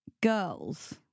girls